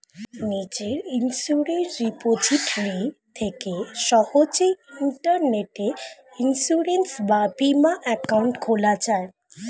নিজের insurance repository থেকে সহজেই ইন্টারনেটে ইন্সুরেন্স বা বীমা অ্যাকাউন্ট খোলা যায়